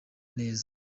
neza